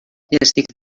estic